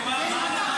אני מבקש ממך,